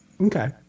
Okay